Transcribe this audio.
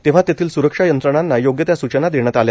तेव्हा येथील स्रक्षा यंत्रणांना योग्य त्या सूचना देण्यात आल्या